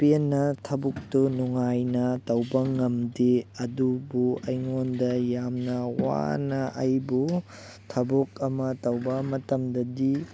ꯄꯦꯟꯅ ꯊꯕꯛꯇꯨ ꯅꯨꯡꯉꯥꯏꯅ ꯇꯧꯕ ꯉꯝꯗꯦ ꯑꯗꯨꯕꯨ ꯑꯩꯉꯣꯟꯗ ꯌꯥꯝꯅ ꯋꯥꯅ ꯑꯩꯕꯨ ꯊꯕꯛ ꯑꯃ ꯇꯧꯕ ꯃꯇꯝꯗꯗꯤ